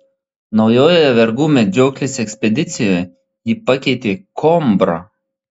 naujoje vergų medžioklės ekspedicijoje jį pakeitė koimbra